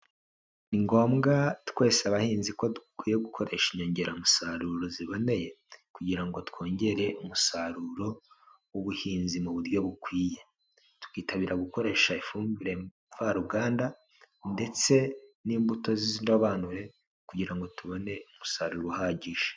Ni ngombwa twese abahinzi ko dukwiye gukoresha inyongeramusaruro ziboneye kugira ngo twongere umusaruro w'ubuhinzi mu buryo bukwiye, tukitabira gukoresha ifumbire mvaruganda ndetse n'imbuto z'indobanure kugira ngo tubone umusaruro uhagije.